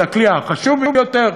זה הכלי החשוב ביותר,